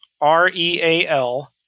R-E-A-L